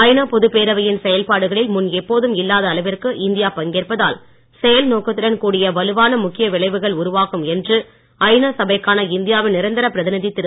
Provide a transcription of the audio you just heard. ஐநா பொதுப் பேரவையின் செயல்பாடுகளில் முன் எப்போதும் இல்லாத அளவிற்கு இந்தியா பங்கேற்பதால் செயல் நோக்கத்துடன் கூடிய வலுவான முக்கிய விளைவுகள் உருவாகும் என்று ஐநா சபைக்கான இந்தியாவின் நிரந்தரப் பிரதிநிதி திரு